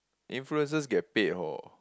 influencers get paid hor